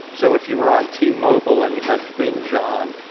so if you were on t-mobile, and you had binge on,